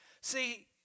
See